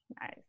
Nice